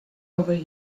over